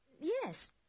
Yes